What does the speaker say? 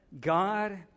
God